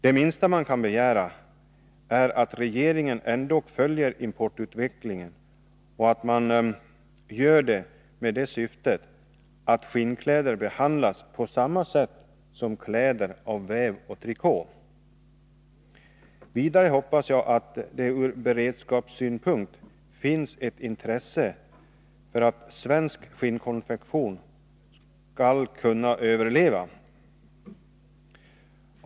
Det minsta man kan begära är att regeringen ändock följer importutvecklingen och att man gör det med det syftet att skinnkläder skall behandlas på samma Vidare hoppas jag att det ur beredskapssynpunkt finns ett intresse för att | z Torsdagen den svensk skinnkonfektion skall kunna överleva.